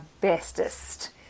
bestest